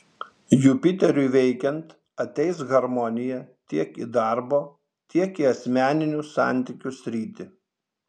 jupiteriui veikiant ateis harmonija tiek į darbo tiek į asmeninių santykių sritį